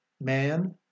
man